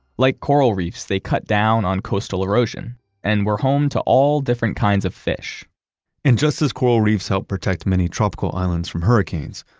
like coral reefs, they cut down on coastal erosion and were home to all different kinds of fish and just as coral reefs help protect many tropical islands from hurricanes,